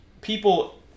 people